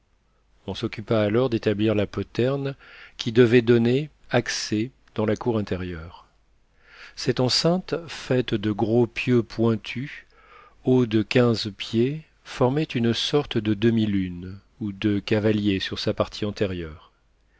on s'occupa alors d'établir la poterne qui devait donner accès dans la cour intérieure cette enceinte faite de gros pieux pointus hauts de quinze pieds formait une sorte de demi-lune ou de cavalier sur sa partie antérieure